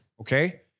okay